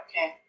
okay